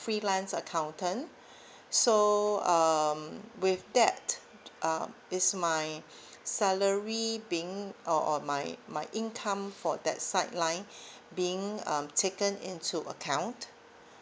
freelance accountant so um with that uh is my salary being or or my my income for that side line being um taken into account